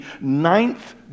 ninth